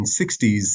1960s